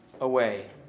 away